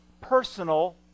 personal